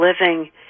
living